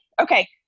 Okay